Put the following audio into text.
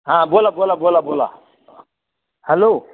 हां बोला बोला बोला बोला हॅलो